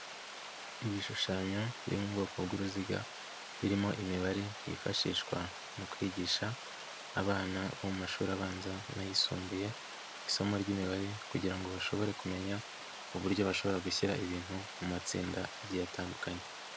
Ibishushanyo biri mu bwoko bw'uruziga birimo imibare yifashishwa mu kwigisha abana mu mashuri abanza n'ayisumbuye isomo ry'imibare kugira ngo bashobore kumenya uburyo bashobora gushyira ibintu mu matsinda agiye atandukanye.